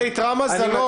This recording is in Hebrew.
איתרע מזלו